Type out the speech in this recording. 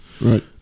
Right